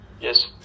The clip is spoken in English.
yes